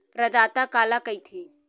प्रदाता काला कइथे?